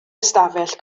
ystafell